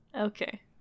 Okay